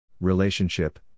relationship